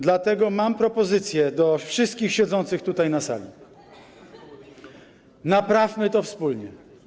Dlatego mam propozycję do wszystkich siedzących tutaj, na sali: Naprawmy to wspólnie.